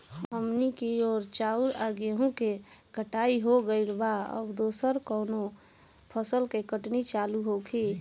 हमनी कियोर चाउर आ गेहूँ के कटाई हो गइल बा अब दोसर कउनो फसल के कटनी चालू होखि